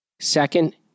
Second